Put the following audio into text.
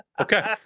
Okay